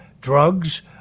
drugs